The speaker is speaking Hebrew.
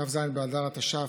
כ"ז באדר התש"ף,